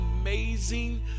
amazing